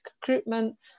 recruitment